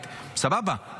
סבבה,